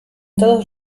todos